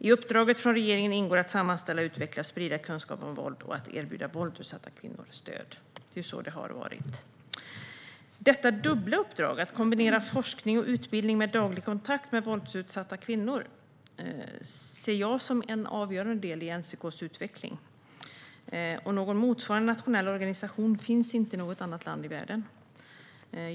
I uppdraget från regeringen ingår att sammanställa, utveckla och sprida kunskap om våld och att erbjuda våldsutsatta kvinnor stöd. Det är så det har varit. Detta dubbla uppdrag - man kombinerar forskning och utbildning med daglig kontakt med våldsutsatta kvinnor - ser jag som en avgörande del i NCK:s utveckling. Någon motsvarande nationell organisation finns inte i något annat land i världen.